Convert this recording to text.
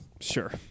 Sure